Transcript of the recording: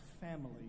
family